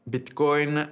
Bitcoin